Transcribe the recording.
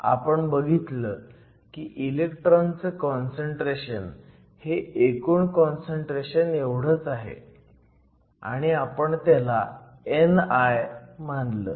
आपण बघितलं की इलेक्ट्रॉन चं कॉन्संट्रेशन हे एकूण काँसंट्रेशन एवढंच आहे आणि आपण त्याला ni मानलं